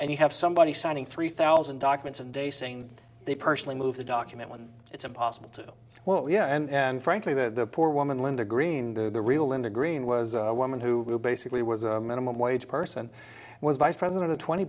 and you have somebody signing three thousand documents and they saying they personally move the document when it's impossible to well yeah and frankly the poor woman linda green the real linda green was a woman who basically was a minimum wage person was vice president of twenty